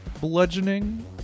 bludgeoning